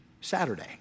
Saturday